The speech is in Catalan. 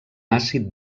àcid